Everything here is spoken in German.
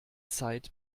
zeit